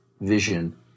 vision